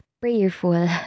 prayerful